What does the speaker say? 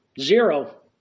Zero